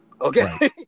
Okay